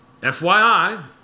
FYI